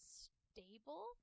stable